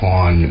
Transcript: on